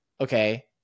okay